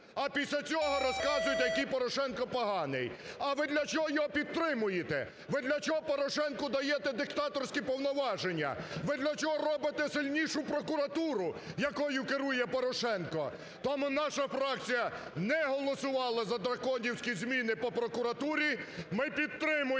а після цього розказуєте, який Порошенко поганий. А ви для чого його підтримуєте? Ви для чого Порошенку даєте диктаторські повноваження? Ви для чого робите сильнішу прокуратуру, якою керує Порошенко? Тому наша фракція не голосувала за "драконівські" зміни по прокуратурі, ми підтримуємо